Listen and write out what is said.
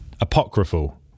apocryphal